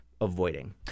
Avoiding